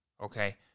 Okay